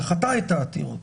דחתה את העתירות,